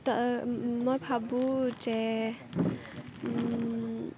মই ভাবোঁ যে